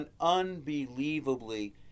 unbelievably